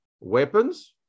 weapons